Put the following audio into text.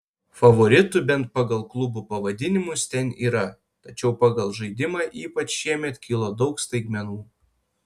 favoritų bent pagal klubų pavadinimus ten yra tačiau pagal žaidimą ypač šiemet kilo daug staigmenų